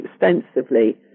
extensively